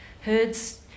herds